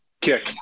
kick